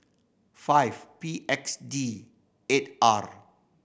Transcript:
five P X D eight R